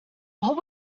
what